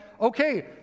okay